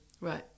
Right